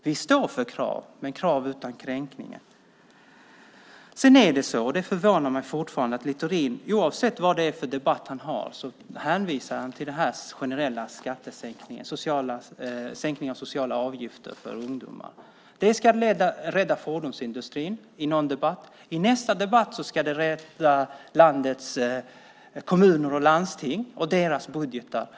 Vi står bakom att det ställs krav. Men det ska vara krav utan kränkningar. Det förvånar mig fortfarande att Littorin oavsett vad det är för debatt hänvisar till den generella sänkningen av de sociala avgifterna för ungdomar. I någon debatt sade han att den ska rädda fordonsindustrin. I en annan debatt sade han att den ska rädda landets kommuner och landsting och deras budgetar.